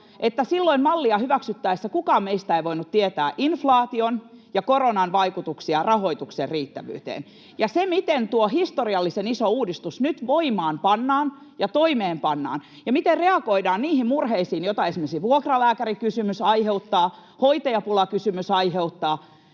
että silloin mallia hyväksyttäessä kukaan meistä ei voinut tietää inflaation ja koronan vaikutuksia rahoituksen riittävyyteen. Ja näihin, miten tuo historiallisen iso uudistus nyt voimaan pannaan ja toimeenpannaan ja miten reagoidaan niihin murheisiin, joita esimerkiksi vuokralääkärikysymys aiheuttaa, hoitajapulakysymys aiheuttaa,